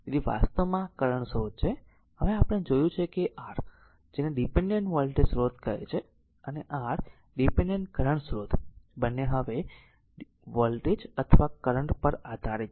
તેથી આ વાસ્તવમાં આ કરંટ સ્રોત છે હવે આપણે જોયું છે કે r જેને ડીપેન્ડેન્ટ વોલ્ટેજ સ્રોત કહે છે અને r ડીપેન્ડેન્ટ કરંટ સ્રોત બંને હવે વોલ્ટેજ અથવા કરંટ પર આધારિત છે